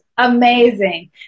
amazing